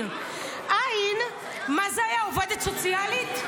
ע' מה זה היה, עובדת סוציאלית?